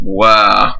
wow